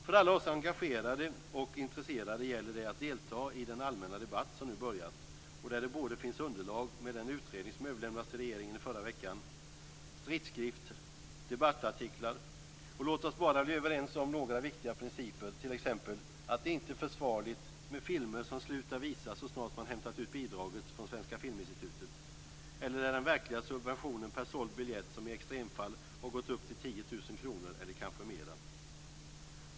För alla oss engagerade och intresserade gäller det att delta i den allmänna debatt som nu börjat. Det finns underlag i och med den utredning som överlämnades till regeringen i förra veckan, stridsskrifter och debattartiklar. Låt oss bli överens om några viktiga principer, t.ex. att det inte är försvarligt med filmer som upphör att visas i samband med att man hämtat ut bidraget från Svenska Filminstitutet eller där den verkliga subventionen per såld biljett går, i extremfall, upp till 10 000 kr eller mer.